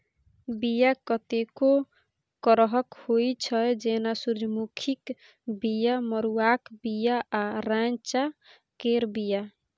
बीया कतेको करहक होइ छै जेना सुरजमुखीक बीया, मरुआक बीया आ रैंचा केर बीया